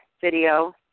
video